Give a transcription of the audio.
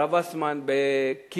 הרב אסטמן בקייב.